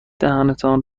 دهانتان